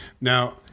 Now